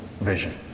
vision